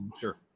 sure